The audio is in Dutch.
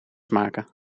maken